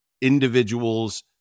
individuals